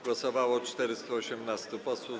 Głosowało 418 posłów.